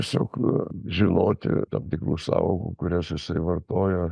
tiesiog žinoti tam tikrų sąvokų kurias jisai vartoja